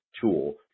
tool